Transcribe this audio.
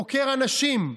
חוקר אנשים,